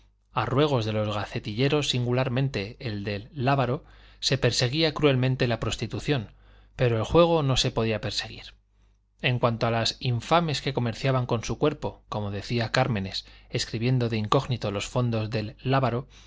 a ruegos de los gacetilleros singularmente el del lábaro se perseguía cruelmente la prostitución pero el juego no se podía perseguir en cuanto a las infames que comerciaban con su cuerpo como decía cármenes escribiendo de incógnito los fondos del lábaro cómo no